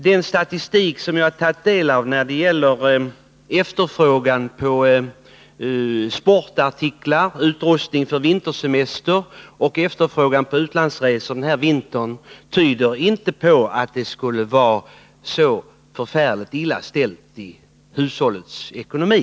Den statistik jag har tagit del av när det gäller efterfrågan under den här vintern på sportartiklar, utrustning för vintersemester och utlandsresor tyder inte på att det skulle vara så förfärligt illa ställt i fråga om hushållets ekonomi.